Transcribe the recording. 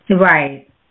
Right